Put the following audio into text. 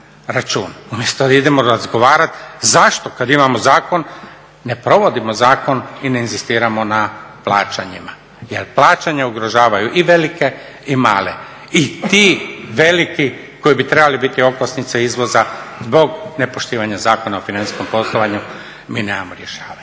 umjesto da idemo razgovarat zašto kad imamo zakon ne provodimo zakon i ne inzistiramo na plaćanjima. Jer plaćanja ugrožavaju i velike i male i ti veliki koji bi trebali biti okosnica izvoza zbog nepoštivanja Zakona o financijskom poslovanju mi nemamo rješavanje.